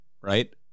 right